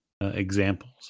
examples